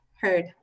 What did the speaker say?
heard